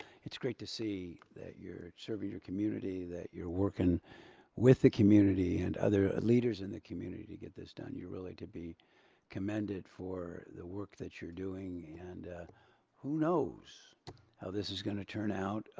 it's great to see that you're serving your community, that you're working with the community and other leaders in the community to get this done. you're really to be commended for the work that you're doing. and who knows how this is gonna turn out?